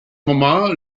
moment